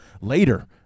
later